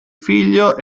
figlio